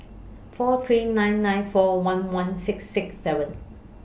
four three nine nine four one one six six seven